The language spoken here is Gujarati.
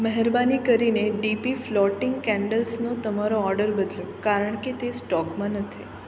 મહેરબાની કરીને ડીપી ફ્લોટિંગ કેન્ડલ્સનો તમારો ઓર્ડર બદલો કારણ કે તે સ્ટોકમાં નથી